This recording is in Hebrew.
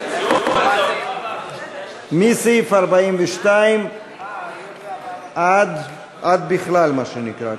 מסעיף 42 עד בכלל, מה שנקרא.